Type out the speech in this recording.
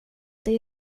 det